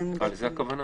זאת הכוונה?